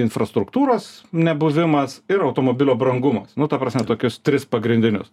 infrastruktūros nebuvimas ir automobilio brangumas nu ta prasme tokius tris pagrindinius